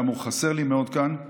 הוא גם חסר לי מאוד כאן.